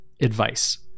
advice